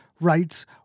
rights